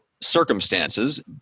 circumstances